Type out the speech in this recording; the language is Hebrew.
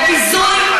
זה ביזוי,